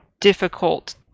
difficult